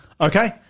Okay